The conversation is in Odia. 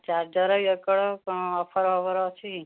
ଚାର୍ଜର୍ ଈୟର୍ କର୍ଡ଼ କ'ଣ ଅଫର୍ ଫଫର୍ ଅଛି କି